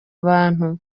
abantu